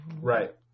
right